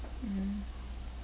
mm